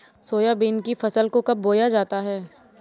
Soybean की फसल को कब बोया जाता है?